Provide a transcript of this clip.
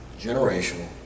generational